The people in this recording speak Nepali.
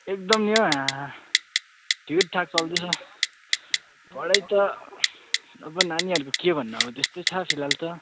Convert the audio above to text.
एकदम नि हो हाँ ठिकठाक चल्दैछ पढाइ त अब नानीहरूको के भन्नु अब त्यस्तै छ फिलहाल त